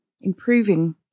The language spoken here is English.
improving